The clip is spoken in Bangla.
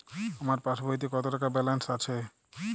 আমার পাসবইতে কত টাকা ব্যালান্স আছে?